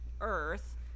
earth